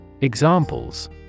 Examples